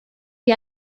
wie